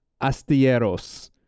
Astilleros